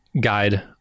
guide